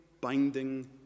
binding